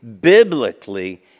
biblically